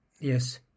Yes